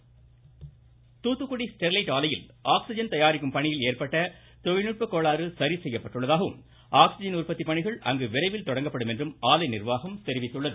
Sterlite Thoothukudi Sterlite ஆலையில் oxygen தயாரிக்கும் பணியில் ஏற்பட்ட தொழில்நுட்ப கோளாறு சரிசெய்யப்பட்டுள்ளதாகவும் ஆக்சிஜன் உற்பத்தி பணிகள் விரைவில் தொடங்கப்படும் என்றும் ஆலை நிர்வாகம் தெரிவித்துள்ளது